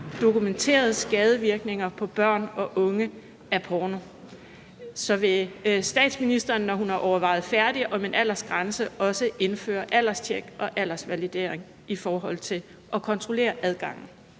dokumenterede skadevirkninger på børn og unge af porno. Så vil statsministeren, når hun har overvejet færdig om en aldersgrænse, også indføre et alderstjek og en aldersvalidering i forhold til at kontrollere adgangen?